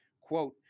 Quote